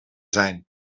zijn